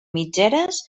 mitgeres